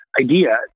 idea